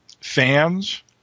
fans